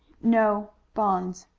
no, bonds.